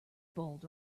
bold